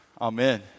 Amen